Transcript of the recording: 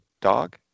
dog